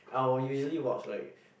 I will usually watch like